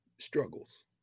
struggles